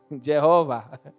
Jehovah